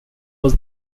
was